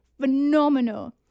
phenomenal